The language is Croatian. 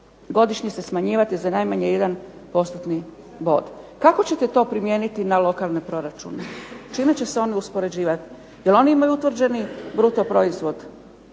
godišnje se smanjivati za najmanje 1%-tni bod. Kako ćete to primijeniti na lokalne proračune? Čime će se oni uspoređivati? Jel oni imaju utvrđeni bruto proizvod